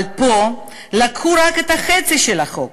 פה לקחו רק את חצי החוק,